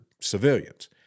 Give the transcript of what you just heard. civilians